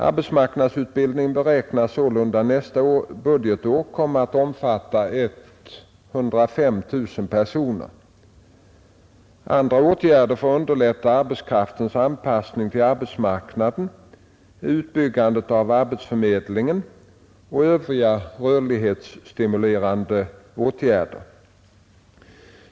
Arbetsmarknadsutbildningen beräknas sålunda nästa budgetår komma att omfatta 105 000 personer. Andra åtgärder för att underlätta arbetskraftens anpassning till arbetsmarknaden är utbyggnaden av arbetsförmedlingen och övriga rörlighetsstimulerande åtgärder.